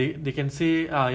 um